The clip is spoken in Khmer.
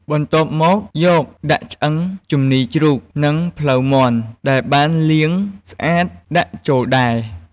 បន្ទាប់មក យកដាក់ឆ្អឹងជំនីជ្រូកនិងភ្លៅមាន់ដែលបានលាងស្អាតដាក់ចូលដែរ។